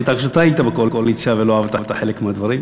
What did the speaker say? עשית כשאתה היית בקואליציה ולא אהבת חלק מהדברים.